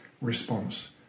response